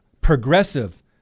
progressive